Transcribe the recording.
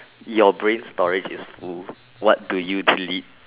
your brain storage is full what do you delete